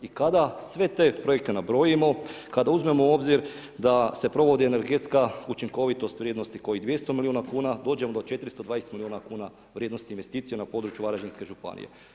I kada sve te projekte nabrojimo, kada uzmemo u obzir da se provodi energetska učinkovitost vrijednosti kojih 200 milijuna kuna, dođem do 420 milijuna kuna vrijednosti investicija na području Varaždinske županije.